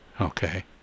Okay